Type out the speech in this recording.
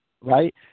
right